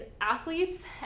athletes